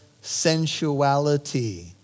sensuality